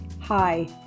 Hi